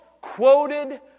quoted